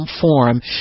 form